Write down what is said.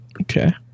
Okay